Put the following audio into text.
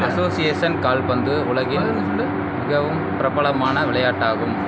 association கால்பந்து உலகின் மிகவும் பிரபலமான விளையாட்டாகும்